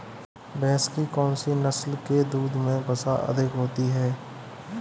भैंस की कौनसी नस्ल के दूध में वसा अधिक होती है?